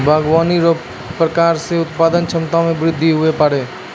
बागवानी रो प्रकार से उत्पादन क्षमता मे बृद्धि हुवै पाड़ै